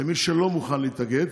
למי שלא מוכן להתאגד.